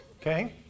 okay